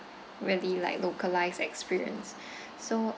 really like localised experience so